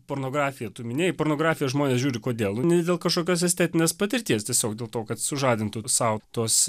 pornografiją tu minėjai pornografiją žmonės žiūri kodėl ne dėl kažkokios estetinės patirties tiesiog dėl to kad sužadintų sau tuos